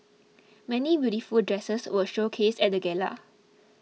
many beautiful dresses were showcased at gala